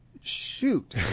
shoot